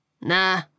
Nah